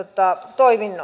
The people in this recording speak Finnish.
toimintaa